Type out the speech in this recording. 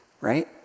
right